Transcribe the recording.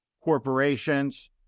corporations